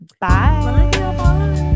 Bye